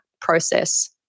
process